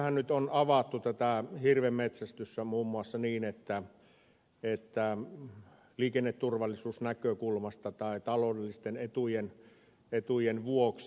tässähän nyt on avattu tätä hirvenmetsästystä muun muassa niin että voidaan myöntää lupa liikenneturvallisuusnäkökulmasta tai taloudellisten etujen vuoksi